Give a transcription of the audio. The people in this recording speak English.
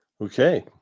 Okay